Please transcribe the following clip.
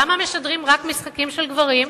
למה משדרים רק משחקים של גברים?